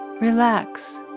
relax